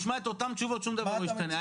נשמע את אותם תשובות שום דבר לא ישתנה,